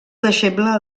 deixeble